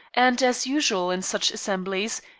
and, as usual in such assemblies,